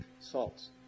salts